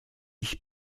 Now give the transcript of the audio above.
ich